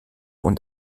und